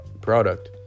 product